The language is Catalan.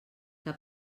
que